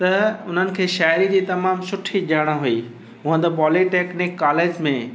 त उन्हनि खे शायरी जी तमामु सुठी ॼाण हुई हूअ त पॉलीटेक्निक कॉलेज में